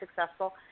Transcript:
successful